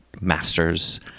masters